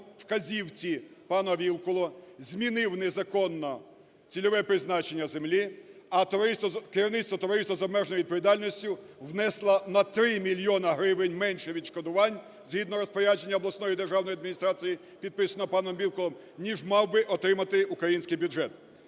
вказівці пана Вілкула, змінив незаконно цільове призначення землі, а керівництво товариства з обмеженою відповідальністю внесло на 3 мільйони гривень менше відшкодувань згідно розпорядження обласної державної адміністрації, підписаного паном Вілкулом, ніж мав би отримати український бюджет.